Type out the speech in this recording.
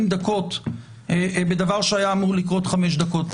דקות בדבר שהיה אמור לקרות חמש דקות.